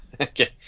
Okay